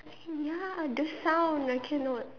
ya the sound I cannot